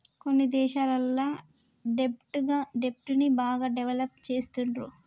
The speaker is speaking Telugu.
కొన్ని దేశాలల్ల దెబ్ట్ ని బాగా డెవలప్ చేస్తుండ్రు